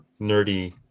nerdy